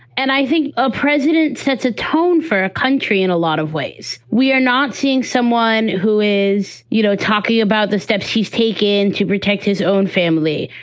and i think a president sets a tone for a country and a lot of ways. we are not seeing someone who is, you know, talking about the steps he's taking to protect his own family.